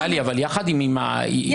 אבל טלי, יחד עם החוקר.